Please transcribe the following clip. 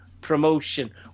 promotion